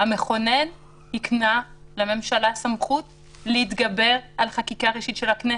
המכונן היקנה לממשלה סמכות להתגבר על חקיקה ראשית של הכנסת.